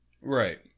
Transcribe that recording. Right